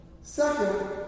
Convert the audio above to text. Second